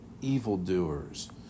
evildoers